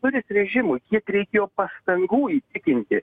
duris režimui kiek reikėjo pastangų įtikinti